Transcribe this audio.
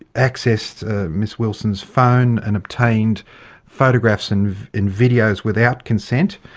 accessed miss wilson's phone and obtained photographs and and videos without consent.